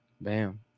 bam